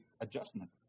adjustment